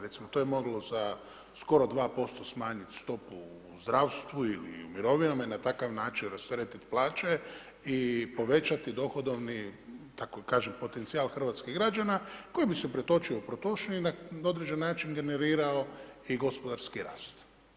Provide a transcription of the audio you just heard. Recimo to je moglo za skoro 2% smanjiti stopu u zdravstvu ili u mirovinama i na takav način rasteretiti plaće i povećati dohodovni, tako kaže, potencijal hrvatskih građana koji bi se pretočio u ... i na određeni način generirao i gospodarski rast.